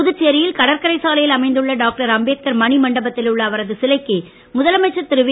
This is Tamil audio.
புதுச்சேரியில் கடற்கரை சாலையில் அமைந்துள்ள டாக்டர்அம்பேத்கர் மணிமண்டபத்தில் உள்ள அவரது சிலைக்கு முதலமைச்சர் திரு வி